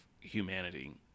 humanity